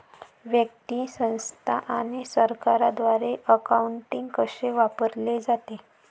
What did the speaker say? व्यक्ती, संस्था आणि सरकारद्वारे अकाउंटिंग कसे वापरले जाते